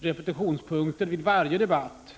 ”repetitionspunkter” vid varje debatt.